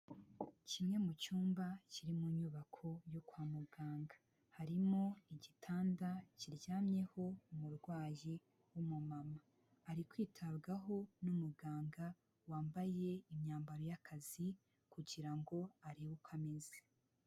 Kimwe mu cyumba kiri mu nyubako yo kwa muganga, harimo igitanda kiryamyeho umurwayi w'umumama ari kwitabwaho n'umuganga wambaye imyambaro y'akazi, kugira ngo arebe uko ameze.